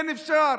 כן, אפשר,